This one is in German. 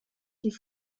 die